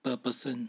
per person